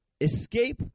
Escape